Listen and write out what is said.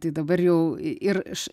tai dabar jau ir iš